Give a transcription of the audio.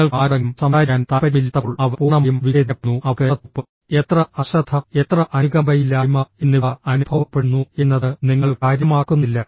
നിങ്ങൾക്ക് ആരോടെങ്കിലും സംസാരിക്കാൻ താൽപ്പര്യമില്ലാത്തപ്പോൾ അവർ പൂർണ്ണമായും വിച്ഛേദിക്കപ്പെടുന്നു അവർക്ക് എത്ര തണുപ്പ് എത്ര അശ്രദ്ധ എത്ര അനുകമ്പയില്ലായ്മ എന്നിവ അനുഭവപ്പെടുന്നു എന്നത് നിങ്ങൾ കാര്യമാക്കുന്നില്ല